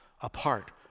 apart